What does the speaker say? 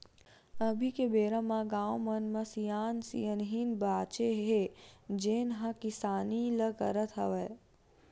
अभी के बेरा म गाँव मन म सियान सियनहिन बाचे हे जेन ह किसानी ल करत हवय